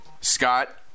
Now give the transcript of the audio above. Scott